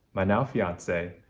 my now fiancee,